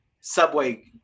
subway